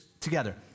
together